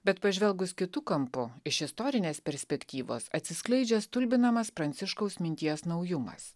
bet pažvelgus kitu kampu iš istorinės perspektyvos atsiskleidžia stulbinamas pranciškaus minties naujumas